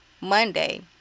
Monday